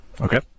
Okay